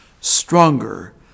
stronger